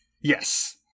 Yes